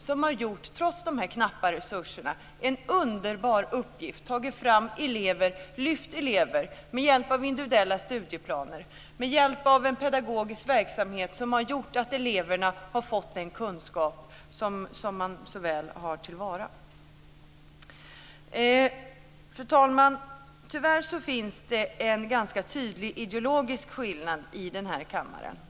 Trots de knappa resurserna har man genomfört en underbar uppgift. Man har tagit fram eleverna och lyft dem med hjälp av individuella studieplaner och en pedagogisk verksamhet. Det har gjort att eleverna har fått den kunskap som de så väl har ett behov av. Fru talman! Tyvärr finns det en ganska tydlig ideologisk skillnad i den här kammaren.